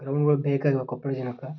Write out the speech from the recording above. ಗ್ರೌಂಡುಗಳು ಬೇಕಾಗಿವೆ ಕೊಪ್ಪಳ ಜನಕ್ಕೆ